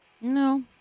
No